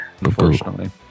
unfortunately